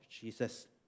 Jesus